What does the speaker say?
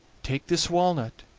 take this walnut,